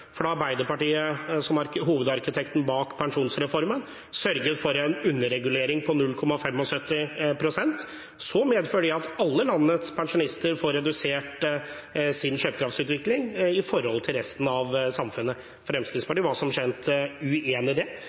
For da Arbeiderpartiet, som er hovedarkitekten bak pensjonsreformen, sørget for en underregulering på 0,75 pst., medførte det at alle landets pensjonister får redusert sin kjøpekraftsutvikling i forhold til resten av samfunnet. Fremskrittspartiet var som kjent uenig i det,